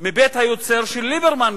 מבית היוצר של ליברמן,